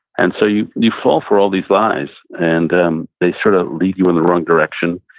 and so you you fall for all these lies. and um they sort of lead you in the wrong direction.